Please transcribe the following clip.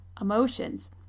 Emotions